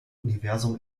universum